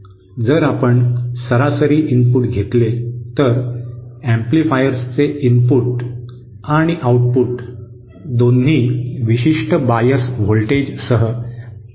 जर आपण सरासरी इनपुट घेतले तर एम्पलीफायर्सचे इनपुट आणि आउटपुट दोन्ही विशिष्ट बायस व्होल्टेजसह पुरविणे आवश्यक आहे